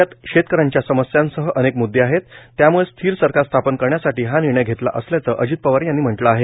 राज्यात शेतकऱ्यांच्या समस्यांसह अनेक मृददे आहेत त्यामुळे स्थिर सरकार स्थापन करण्यासाठी हा निर्णय घेतला असल्याचं अजित पवार यांनी म्हटलं आहे